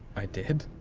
i did?